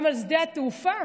גם על שדה התעופה